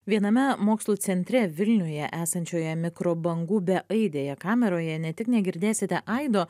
viename mokslų centre vilniuje esančioje mikrobangų beaidėje kameroje ne tik negirdėsite aido